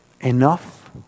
Enough